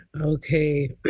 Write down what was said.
okay